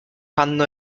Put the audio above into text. panno